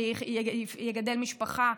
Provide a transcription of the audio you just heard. שיגדל משפחה,